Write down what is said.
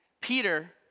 Peter